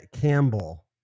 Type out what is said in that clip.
Campbell